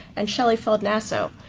and shelley fuld nasso,